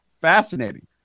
fascinating